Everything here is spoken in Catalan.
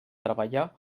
treballar